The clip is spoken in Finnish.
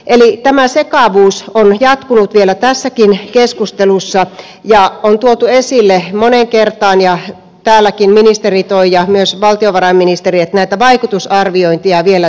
eli tämä sekavuus on jatkunut vielä tässäkin keskustelussa ja on tuotu esille moneen kertaan täälläkin ministeri toi ja myös valtiovarainministeri että näitä vaikutusarviointeja vielä tehdään